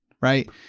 Right